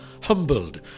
Humbled